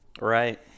Right